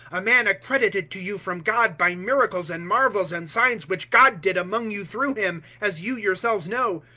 a man accredited to you from god by miracles and marvels and signs which god did among you through him, as you yourselves know,